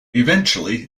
eventually